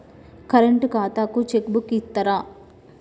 Current ఖాతాకు cheque book ఇత్తరా?